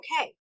okay